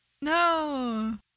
No